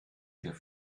der